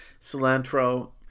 cilantro